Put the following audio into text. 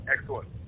Excellent